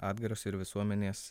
atgarsio ir visuomenės